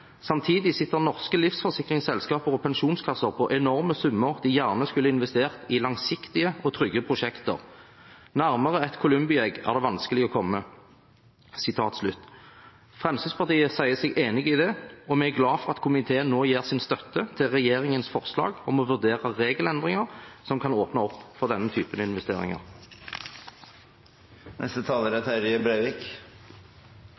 Samtidig sitter norske livsforsikringsselskaper og pensjonskasser på enorme summer de gjerne skulle investert i langsiktige og trygge prosjekter. Nærmere et Columbi egg er det vanskelig å komme.» Fremskrittspartiet sier seg enig i det, og vi er glade for at komiteen nå gir sin støtte til regjeringens forslag om å vurdere regelendringer som kan åpne for denne typen investeringer. Finansnæringa er